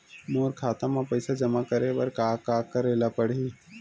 मोर खाता म पईसा जमा करे बर का का करे ल पड़हि?